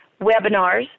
webinars